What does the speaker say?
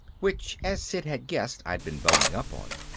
which as sid had guessed i'd been boning up on.